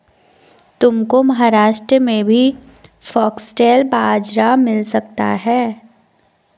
तुमको महाराष्ट्र में भी फॉक्सटेल बाजरा मिल सकता है